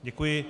Děkuji.